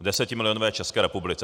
V desetimilionové České republice.